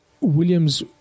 Williams